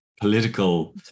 political